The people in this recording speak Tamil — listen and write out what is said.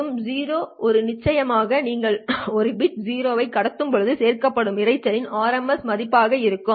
மற்றும் 0 இது நிச்சயமாக நீங்கள் ஒரு பிட் 0 ஐ கடத்தும்போது சேர்க்கப்படும் இரைச்சலின் RMS மதிப்பாக இருக்கும்